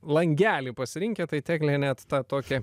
langelį pasirinkę tai teklė net tokia